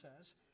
says